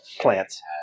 plants